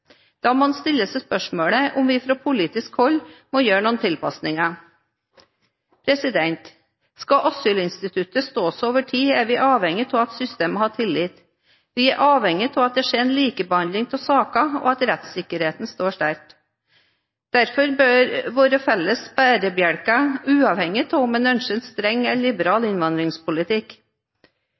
Da må man stille seg spørsmålet om vi fra politisk hold må gjøre noen tilpasninger. Skal asylinstituttet stå seg over tid, er vi avhengige av at systemet har tillit. Vi er avhengige av at det skjer en likebehandling av saker, og at rettssikkerheten står sterkt. Det bør være våre felles bærebjelker, uavhengig av hva slags innvandringspolitikk en ønsker, en streng eller liberal.